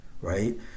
right